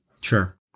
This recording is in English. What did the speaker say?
Sure